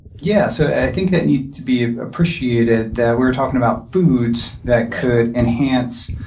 yeah, so i think that needs to be appreciated that we were talking about foods that could enhance